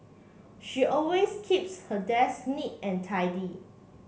she always keeps her desk neat and tidy